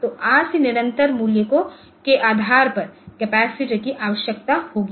तो आरसी निरंतर मूल्य के आधार पर कपैसिटर की आवश्यकता होगी